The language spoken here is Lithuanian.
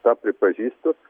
tą pripažįstu